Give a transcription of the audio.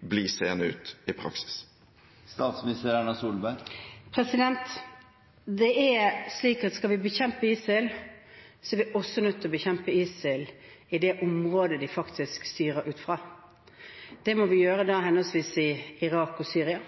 bli seende ut i praksis? Skal vi bekjempe ISIL, er vi også nødt til å bekjempe ISIL i det området de faktisk styrer ut fra. Det må vi da gjøre henholdsvis i Irak og Syria.